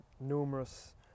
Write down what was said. numerous